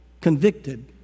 convicted